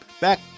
back